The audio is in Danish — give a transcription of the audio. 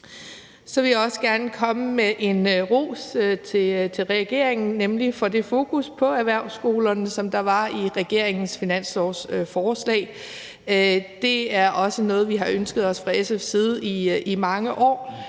Så vil jeg også gerne komme med en ros til regeringen, nemlig for det fokus på erhvervsskolerne, som der var i regeringens finanslovsforslag. Det er også noget, vi har ønsket os fra SF's side i mange år.